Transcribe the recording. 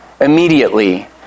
immediately